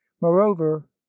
moreover